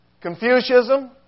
Confucianism